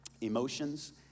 emotions